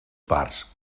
parts